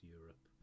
Europe